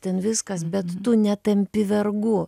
ten viskas bet tu netampi vergu